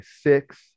six